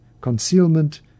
concealment